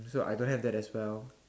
so I don't have that as well